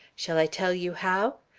shall i tell you how?